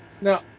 Now